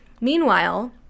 Meanwhile